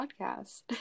podcast